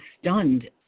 stunned